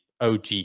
OG